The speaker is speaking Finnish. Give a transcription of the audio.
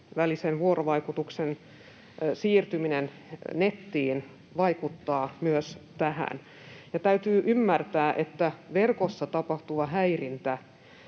välisen vuorovaikutuksen siirtyminen nettiin vaikuttaa myös tähän, ja täytyy ymmärtää, että verkossa tapahtuva häirintä